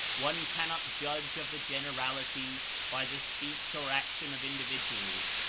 one cannot judge of the generality by the speech or action of in dividuals,